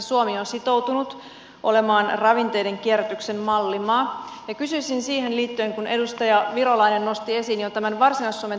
suomi on sitoutunut olemaan ravinteiden kierrätyksen mallimaa ja kysyisin siihen liittyen kun edustaja virolainen nosti esiin jo tämän varsinais suomen teho hankkeen